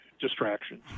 distractions